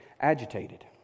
agitated